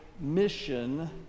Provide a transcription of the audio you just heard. mission